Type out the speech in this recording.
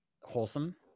wholesome